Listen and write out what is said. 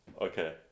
Okay